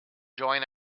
join